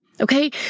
Okay